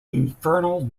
infernal